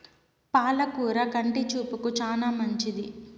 పాల కూర కంటి చూపుకు చానా మంచిది